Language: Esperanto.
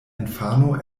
infano